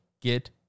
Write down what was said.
get